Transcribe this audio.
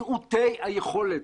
מעוטי היכולת,